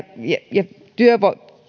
ja